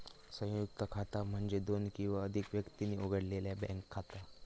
संयुक्त खाता म्हणजे दोन किंवा अधिक व्यक्तींनी उघडलेला बँक खाता